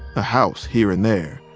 a house here and there,